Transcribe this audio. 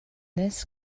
this